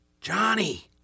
Johnny